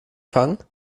fangen